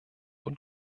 und